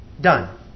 Done